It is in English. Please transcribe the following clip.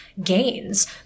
gains